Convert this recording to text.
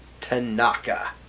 Tanaka